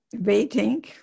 Waiting